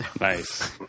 Nice